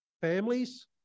families